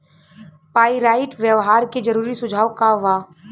Pyrite व्यवहार के जरूरी सुझाव का वा?